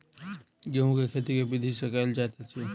गेंहूँ केँ खेती केँ विधि सँ केल जाइत अछि?